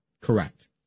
correct